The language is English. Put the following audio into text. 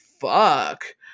fuck